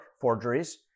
forgeries